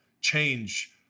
change